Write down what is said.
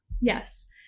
yes